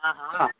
ہاں ہاں